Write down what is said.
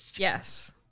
yes